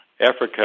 Africa